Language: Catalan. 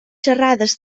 xerrades